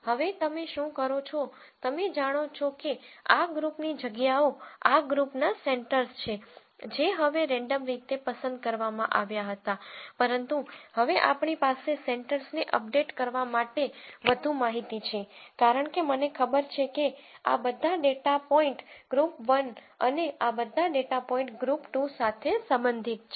હવે તમે શું કરો છો તમે જાણો છો કે આ ગ્રુપની જગ્યાઓ આ ગ્રુપના સેન્ટર્સ છે જે હવે રેન્ડમ રીતે પસંદ કરવામાં આવ્યા હતા પરંતુ હવે આપણી પાસે સેન્ટર્સને અપડેટ કરવા માટે વધુ માહિતી છે કારણ કે મને ખબર છે કે આ બધા ડેટા પોઇન્ટ ગ્રુપ 1 અને આ બધા ડેટા પોઇન્ટ ગ્રુપ 2 સાથે સંબંધિત છે